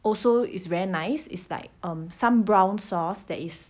also is very nice is like um some brown sauce that is